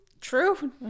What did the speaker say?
True